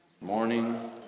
Morning